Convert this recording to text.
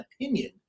opinion